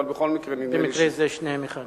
במקרה זה שניהם אחד.